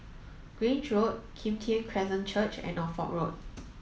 Grange Road Kim Tian Christian Church and Norfolk Road